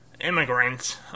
immigrants